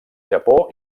japó